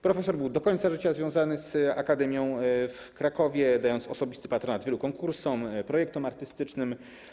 Profesor był do końca życia związany z akademią w Krakowie, dając osobisty patronat wielu konkursom, projektom artystycznym.